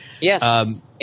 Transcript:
Yes